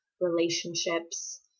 relationships